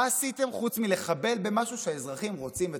מה עשיתם חוץ מלחבל במשהו שהאזרחים רוצים וצריכים?